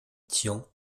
tian